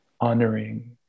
honoring